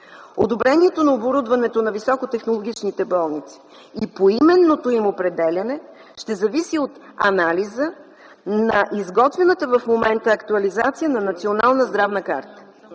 Одобрението на оборудването на високотехнологичните болници и поименното им определяне ще зависи от анализа на изготвената в момента актуализация на Национална здравна карта.